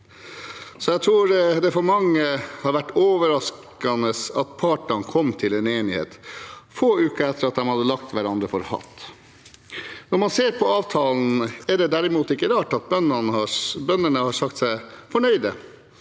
jeg tror det for mange har vært overraskende at partene kom til enighet, få uker etter at de hadde lagt hverandre for hat. Når man ser på avtalen, er det derimot ikke rart bøndene har sagt seg fornøyd.